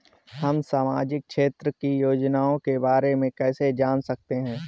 हम सामाजिक क्षेत्र की योजनाओं के बारे में कैसे जान सकते हैं?